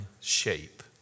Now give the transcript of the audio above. shape